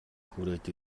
хүрээд